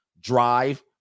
drive